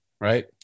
Right